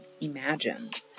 imagined